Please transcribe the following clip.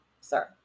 Sir